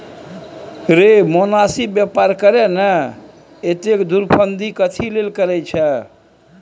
रे मोनासिब बेपार करे ना, एतेक धुरफंदी कथी लेल करय छैं?